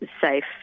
safe